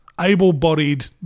able-bodied